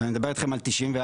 ואני מדבר איתכם על 1994-1995,